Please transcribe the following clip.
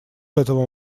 этого